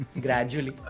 gradually